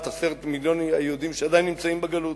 10 מיליוני היהודים שעדיין נמצאים בגלות.